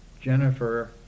Jennifer